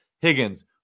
Higgins